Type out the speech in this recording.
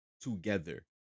together